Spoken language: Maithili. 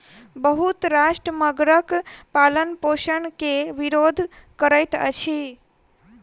बहुत राष्ट्र मगरक पालनपोषण के विरोध करैत अछि